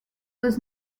was